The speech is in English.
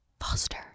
foster